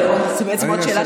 זו בעצם עוד שאלה,